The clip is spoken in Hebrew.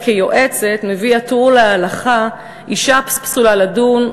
יועצת מביא ה"טור" להלכה: אישה פסולה לדון,